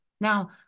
Now